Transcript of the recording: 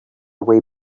way